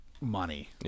money